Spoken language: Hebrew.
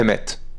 אמת.